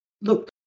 Look